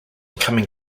coming